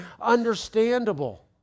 understandable